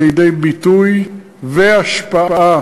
לידי ביטוי והשפעה